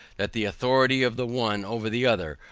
that the authority of the one, over the other,